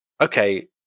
Okay